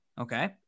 okay